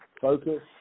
focus